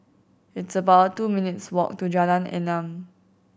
it's about two minutes' walk to Jalan Enam